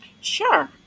Sure